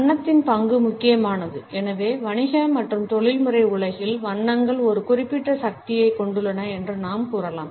வண்ணத்தின் பங்கு முக்கியமானது எனவே வணிக மற்றும் தொழில்முறை உலகில் வண்ணங்கள் ஒரு குறிப்பிட்ட சக்தியைக் கொண்டுள்ளன என்று நாம் கூறலாம்